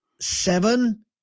seven